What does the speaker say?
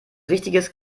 richtiges